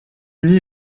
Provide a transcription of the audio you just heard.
uni